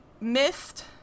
missed